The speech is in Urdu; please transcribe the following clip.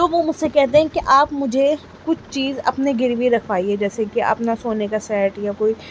تو وہ مجھ سے کہتے ہیں آپ مجھے کچھ چیز اپنی گروی رکھوائیے جیسے کہ اپنا سونے کا سیٹ یا کوئی